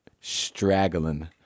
straggling